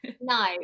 No